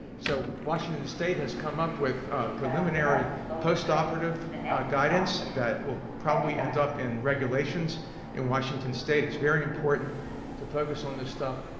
so washington state has come up with a preliminary post-operative guidance that will probably end up in regulations in washington state. it's very important to focus on this stuff.